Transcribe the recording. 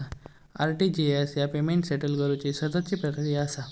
RTGS ह्या payment settle करुची सततची प्रक्रिया असा